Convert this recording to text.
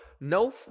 no